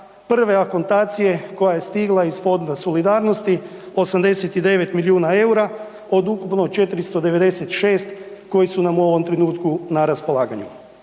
prve akontacije koja je stigla iz Fonda solidarnosti 89 milijuna EUR-a od ukupno 496 koji su nam u ovom trenutku na raspolaganju.